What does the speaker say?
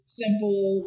simple